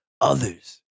others